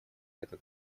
это